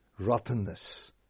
Rottenness